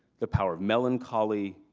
the power of melancholy,